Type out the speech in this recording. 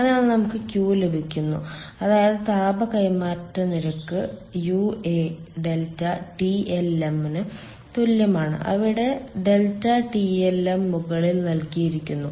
അതിനാൽ നമുക്ക് Q ലഭിക്കുന്നു അതായത് താപ കൈമാറ്റ നിരക്ക് U A ∆TLM ന് തുല്യമാണ് അവിടെ ∆TLM മുകളിൽ നൽകിയിരിക്കുന്നു